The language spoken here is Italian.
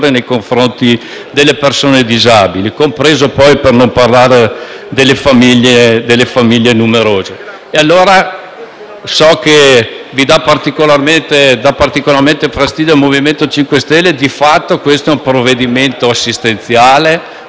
nei confronti delle persone disabili, per non parlare, poi, delle famiglie numerose. So che dà particolarmente fastidio al Movimento 5 Stelle, ma di fatto questo è un provvedimento assistenziale